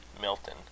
Milton